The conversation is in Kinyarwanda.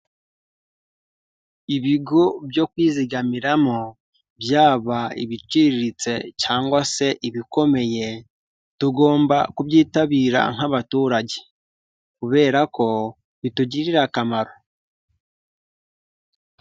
Ibigo byo kwizigamiramo byaba ibiciriritse cyangwa se ibikomeye tugomba kubyitabira nk'abaturage kubera ko bitugirira akamaro.